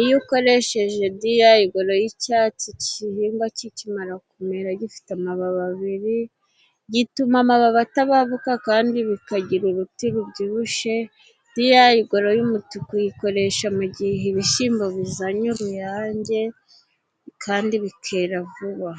iyo ukoresheje diyayigoro y'icyatsi ikihingwa kikimara kumera, gifite amababi abiri, gituma amababi atababuka kandi bikagira uruti rubyibushe, diyayigoro y'umutuku uyikoresha mu gihe ibishyimbo bizanye uruyange kandi bikera vuba.